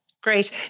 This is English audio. Great